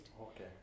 okay